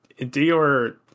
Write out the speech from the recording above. Dior